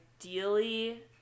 Ideally